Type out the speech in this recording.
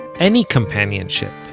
any companionship,